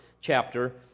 chapter